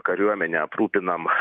kariuomenę aprūpinam